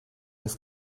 miss